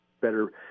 better